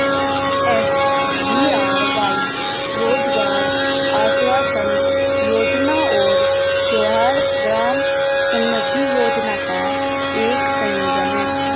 SGRY रोजगार आश्वासन योजना और जवाहर ग्राम समृद्धि योजना का एक संयोजन है